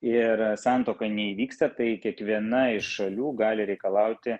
ir santuoka neįvyksta tai kiekviena iš šalių gali reikalauti